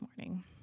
morning